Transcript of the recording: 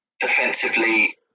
defensively